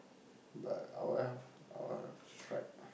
but our health our strike